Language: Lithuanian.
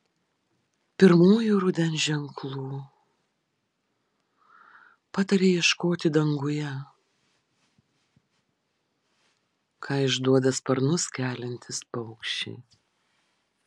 pirmųjų rudens ženklų pataria ieškoti danguje ką išduoda sparnus keliantys paukščiai